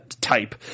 type